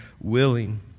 willing